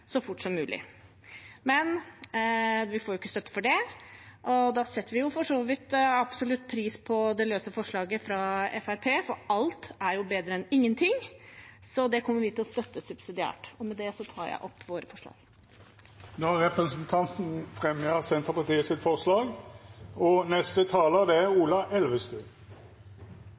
så fort som mulig. Vi får ikke støtte for det. Vi setter absolutt pris på forslaget fra Fremskrittspartiet, for alt er jo bedre enn ingenting, så det kommer vi til å støtte subsidiært. Med det tar jeg opp Senterpartiets forslag. Representanten Åslaug Sem-Jacobsen har då teke opp dei forslaga ho refererte til. Den Gamle Krigsskole er